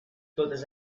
totes